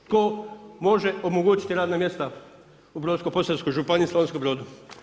Tko može omogućiti radna mjesta u Brodsko-posavskoj županiji i Slavonskom Brodu?